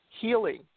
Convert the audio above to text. healing